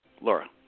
Laura